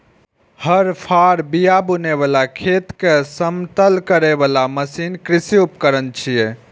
हर, फाड़, बिया बुनै बला, खेत कें समतल करै बला मशीन कृषि उपकरण छियै